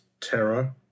terror